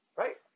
right